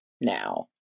now